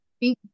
big